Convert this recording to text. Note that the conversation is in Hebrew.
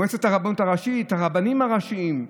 מועצת הרבנות הראשית, הרבנים הראשיים,